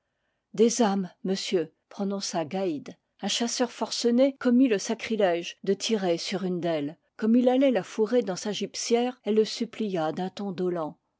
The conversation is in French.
des âmes monsieur prononça gaïd un chasseur forcené commit le sacrilège de tirer sur une d'elles comme il allait la fourrer dans sa gibecière elle le supplia d'un ton